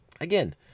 again